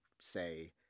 say